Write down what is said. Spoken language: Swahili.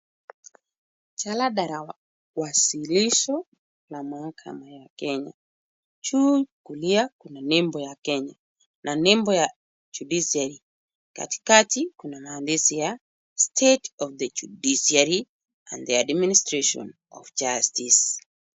Jalada la wasilisho la mahama ya Kenya. Juu ya kulia kuna nembo ya Kenya na nembo ya Judiciary . Katikati kuna maandishi ya State of The Judiciary and the administration of justice .